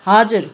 हजुर